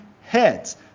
heads